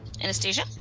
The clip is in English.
Anastasia